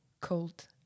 cold